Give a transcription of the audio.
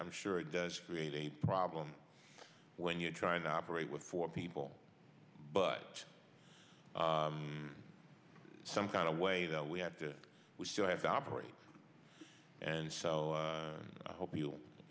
i'm sure it does create a problem when you're trying to operate with four people but some kind of way that we have we still have to operate and so i hope you'll